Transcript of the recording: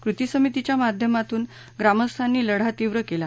कृती समितीच्या माध्यमातून ग्रामस्थांनी लढा तीव्र केला